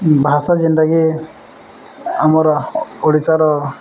ଭାଷା ଯେନ୍ତାକି ଆମର ଓଡ଼ିଶାର